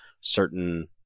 certain